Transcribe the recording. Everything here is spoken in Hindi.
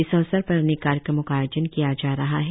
इस अवसर पर अनेक कार्यक्रमों का आयोजन किया जा रहा है